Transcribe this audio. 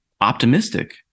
optimistic